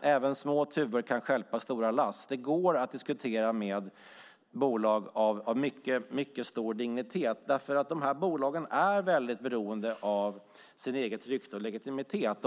även små tuvor kan stjälpa stora lass. Det går att diskutera med bolag av mycket stor dignitet därför att bolagen är beroende av sitt eget rykte och legitimitet.